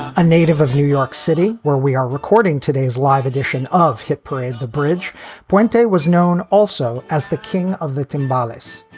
a native of new york city, where we are recording today's live edition of hit parade. the bridge point day was known also as the king of the timbales.